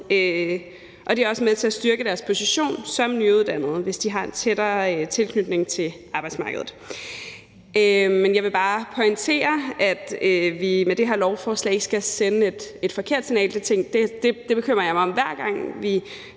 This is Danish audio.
og det er også med til at styrke deres position som nyuddannede, hvis de har en tættere tilknytning til arbejdsmarkedet. Jeg vil bare pointere, at vi med det her lovforslag ikke skal sende et forkert signal. Det bekymrer jeg mig om, hver gang vi